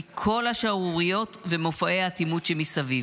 מכל השערוריות ומופעי האטימות שמסביב,